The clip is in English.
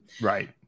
Right